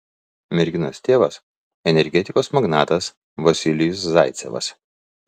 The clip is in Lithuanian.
merginos tėvas energetikos magnatas vasilijus zaicevas